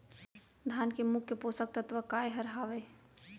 धान के मुख्य पोसक तत्व काय हर हावे?